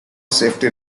safety